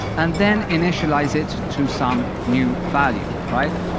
and then initialize it to some new value, right?